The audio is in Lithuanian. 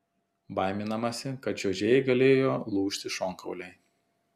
baiminamasi kad čiuožėjai galėjo lūžti šonkauliai